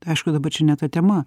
aišku dabar čia ne ta tema